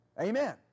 Amen